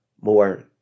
more